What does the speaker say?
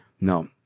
no